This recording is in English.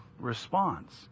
response